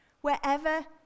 Wherever